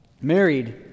married